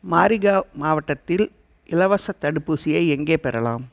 மாரிகாவ் மாவட்டத்தில் இலவசத் தடுப்பூசியை எங்கே பெறலாம்